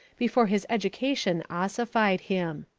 before his education ossified him.